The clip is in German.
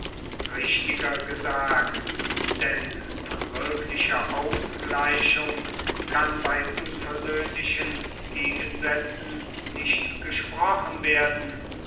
richtiger gesagt denn von wirklicher ausgleichung kann bei unversöhnlichen gegensätzen nicht gesprochen werden